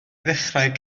ddechrau